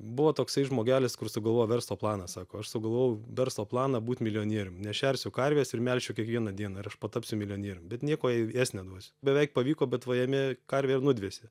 buvo toksai žmogelis kuris sugalvojo verslo planą sako aš sugalvojau verslo planą būt milijonierium nešersiu karvės ir melšiu kiekvieną dieną ir aš patapsiu milijonierium bet nieko jai ėst neduosiu beveik pavyko bet va ėmė karvė ir nudvėsė